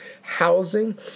housing